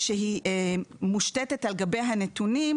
שהיא מושתת על גבי הנתונים,